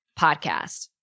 podcast